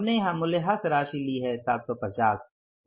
हमने यहां मूल्यह्रास राशि ली है जो 750 है